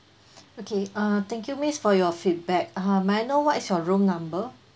okay uh thank you miss for your feedback uh may I know what is your room number